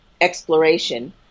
exploration